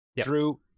Drew